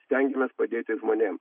stengiamės padėti žmonėm